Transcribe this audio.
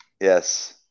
Yes